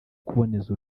kuboneza